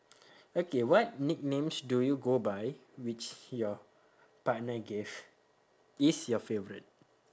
okay what nicknames do you go by which your partner gave is your favourite